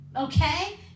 okay